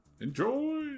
enjoy